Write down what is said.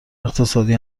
اقتصادی